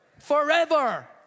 forever